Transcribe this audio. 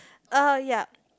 uh yup